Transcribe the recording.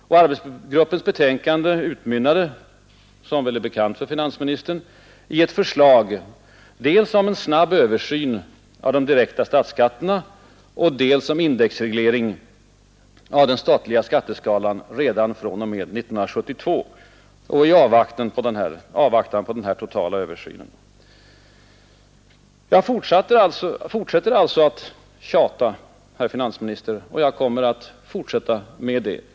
Arbetsgruppens betänkande utmynnade, vilket väl är bekant för finansministern, i ett förslag dels om en snabb översyn av de direkta statsskatterna, dels om en indexreglering av den statliga skatteskalan redan fr.o.m. 1972 i avvaktan på den totala översynen. Jag tjatar alltså, herr finansminister, och jag kommer att fortsätta med det.